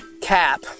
cap